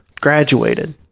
graduated